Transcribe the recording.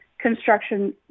construction